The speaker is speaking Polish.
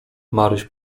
maryś